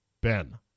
Ben